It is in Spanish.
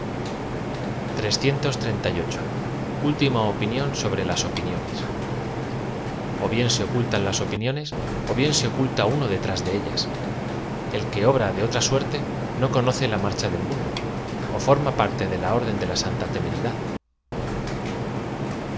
uznma opinión sobre tas opiniones o bien se ocultan laa opiniones ó bien se oculta uno detrás de ellas el que obra de otra suerte no conoce la marcha del mundo ó form a parte de la orden de la santa temeridad